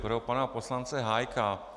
Pro pana poslance Hájka.